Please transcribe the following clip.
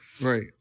right